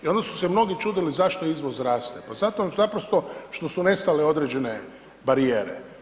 I onda su se mnogi čudili zašto izvoz raste, pa zato naprosto što su nestale određene barijere.